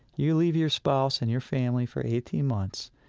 you leave your spouse and your family for eighteen months,